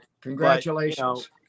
Congratulations